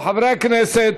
חברי הכנסת,